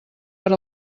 per